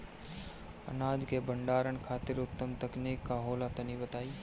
अनाज के भंडारण खातिर उत्तम तकनीक का होला तनी बताई?